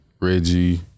Reggie